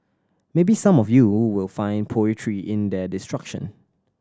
maybe some of you will find poetry in their destruction